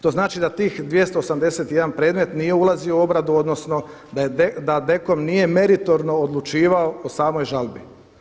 To znači da tih 281 predmet nije ulazio u obradu, odnosno da DKOM nije meritorno odlučivao o samoj žalbi.